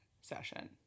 session